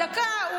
דקה.